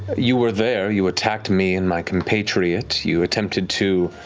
you were there, you attacked me and my compatriot. you attempted to